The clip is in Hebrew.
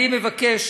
אני מבקש